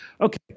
Okay